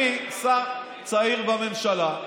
אני שר צעיר בממשלה,